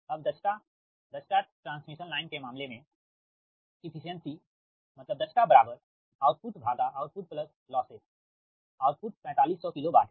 अब दक्षता दक्षता ट्रांसमिशन लाइन के मामले में Efficiencyoutputoutputlosses आउटपुट 4500 किलोवाट है